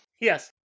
Yes